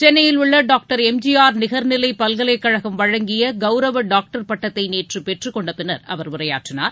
சென்னையில் உள்ள டாக்டர் எம்ஜிஆர் நிகர்நிலைப் பல்கலைக் கழகம் வழங்கிய கவுரவ டாக்டர் பட்டத்தை நேற்று பெற்றுக் கொண்ட பின்னர் அவர் உரையாற்றினார்